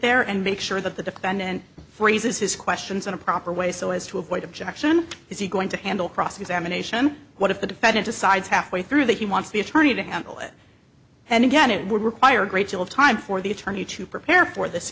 there and make sure that the defendant phrases his questions in a proper way so as to avoid objection is he going to handle cross examination what if the defendant decides halfway through that he wants the attorney to handle it and again it would require a great deal of time for the attorney to prepare for this